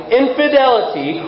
infidelity